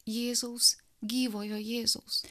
jėzaus gyvojo jėzaus